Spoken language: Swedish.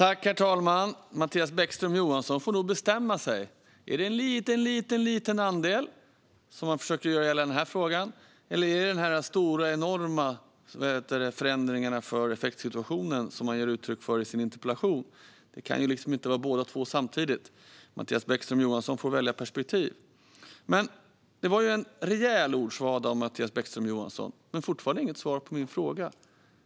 Fru talman! Mattias Bäckström Johansson får nog bestämma sig. Är det fråga om en liten, liten andel, som han försöker hävda i den här frågan, eller är det den stora enorma förändringen för effektsituationen som han ger uttryck för i sin interpellation? Det kan inte vara båda två samtidigt. Mattias Bäckström Johansson får välja perspektiv. Det var en rejäl ordsvada från Mattias Bäckström Johansson, men jag har fortfarande inte fått svar på min fråga.